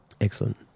Excellent